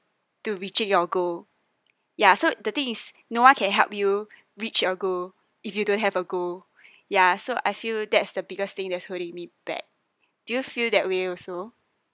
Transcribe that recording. to reaches your goal ya so the thing is no one can help you reach your goal if you don't have a goal ya so I feel that's the biggest thing that's holding me back do you feel that way also